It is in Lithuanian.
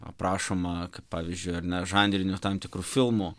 aprašoma kaip pavyzdžiui ar ne žanrinių tam tikrų filmų